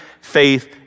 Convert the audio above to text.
faith